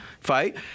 fight